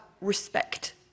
respect